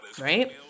right